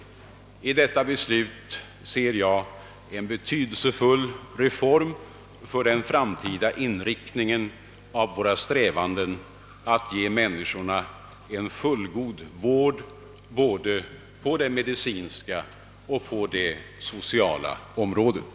I detta ser jag en betydelsefull reform för den framtida inriktningen av våra strävanden att ge människorna en fullgod vård på både det medicinska och det sociala området.